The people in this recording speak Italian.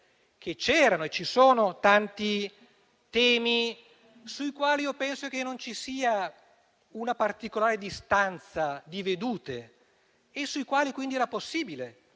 che c'erano e ci sono tanti temi sui quali penso che non ci sia una particolare distanza di vedute e sui quali quindi era possibile